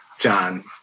John